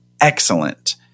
excellent